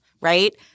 right